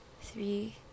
three